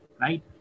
right